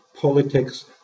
politics